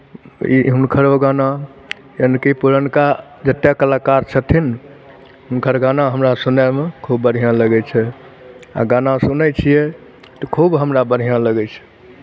ई हुनकरो गाना यानि कि पुरनका जतेक कलाकार छथिन ने हुनकर गाना हमरा सुनयमे खूब बढ़िआँ लगै छै आ गाना सुनै छियै तऽ खूब हमरा बढ़िआँ लगै छै